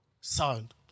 sound